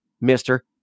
mister